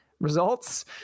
results